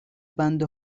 بنده